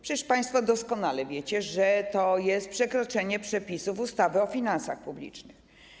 Przecież państwo doskonale wiecie, że to jest przekroczenie przepisów ustawy o finansach publicznych.